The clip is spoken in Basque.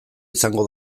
izango